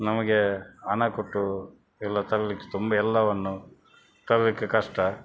ನಮಗೆ ಹಣ ಕೊಟ್ಟು ಎಲ್ಲ ತರಲಿಕ್ಕೆ ತುಂಬ ಎಲ್ಲವನ್ನು ತರಲಿಕ್ಕೆ ಕಷ್ಟ